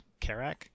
Karak